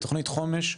תוכנית חומש,